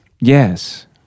yes